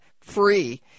free